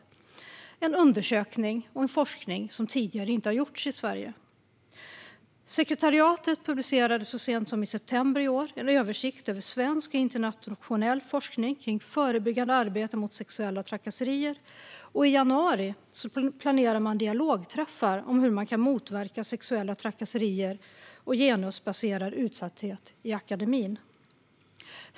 Det är en undersökning och forskning som tidigare inte har gjorts i Sverige. Sekretariatet publicerade så sent som i september i år en översikt över svensk och internationell forskning kring förebyggande arbete mot sexuella trakasserier. Och i januari planeras det dialogträffar om hur man kan motverka sexuella trakasserier och genusbaserad utsatthet i akademin.